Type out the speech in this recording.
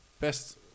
best